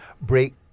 break